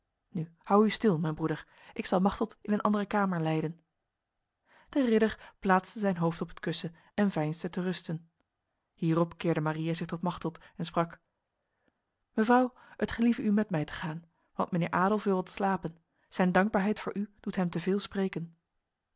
nu hou u stil mijn broeder ik zal machteld in een andere kamer leiden de ridder plaatste zijn hoofd op het kussen en veinsde te rusten hierop keerde maria zich tot machteld en sprak mevrouw het gelieve u met mij te gaan want mijnheer adolf wil wat slapen zijn dankbaarheid voor u doet hem te veel spreken